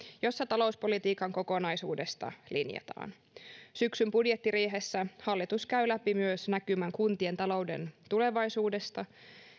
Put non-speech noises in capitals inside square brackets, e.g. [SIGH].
jossa talouspolitiikan kokonaisuudesta [UNINTELLIGIBLE] linjataan syksyn budjettiriihessä hallitus käy läpi myös näkymän kuntien talouden tulevaisuudesta